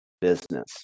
business